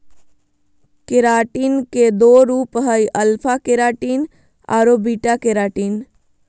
keratin के दो रूप हइ, अल्फा केराटिन आरो बीटा केराटिन